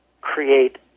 create